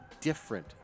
different